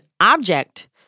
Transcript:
object